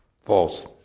False